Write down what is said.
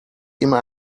immer